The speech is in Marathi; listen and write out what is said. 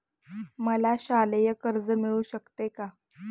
मला शालेय कर्ज मिळू शकते का?